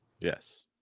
Yes